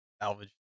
salvage